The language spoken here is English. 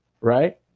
right